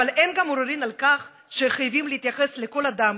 אבל גם אין עוררין על כך שחייבים להתייחס לכל אדם,